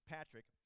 Patrick